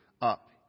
up